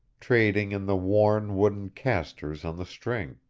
trading in the worn wooden castors on the string.